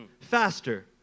faster